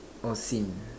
or seen